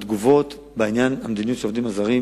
התגובות בעניין המדיניות בסוגיית העובדים הזרים